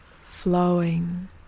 Flowing